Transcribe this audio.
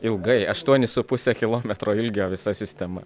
ilgai aštuoni su puse kilometro ilgio visa sistema